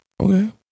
Okay